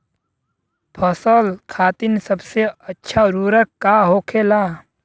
फसल खातीन सबसे अच्छा उर्वरक का होखेला?